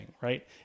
right